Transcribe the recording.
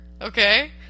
okay